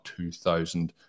2,000